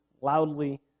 loudly